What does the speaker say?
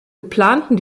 geplanten